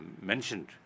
mentioned